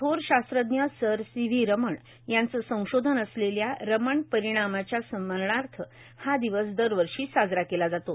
थोर शास्त्रज्ञ sir C V Raman यांचं संशोधन असलेल्या रमण परिणामाच्या स्मरणार्थ हा दिवस दरवर्षी साजरा केला जातो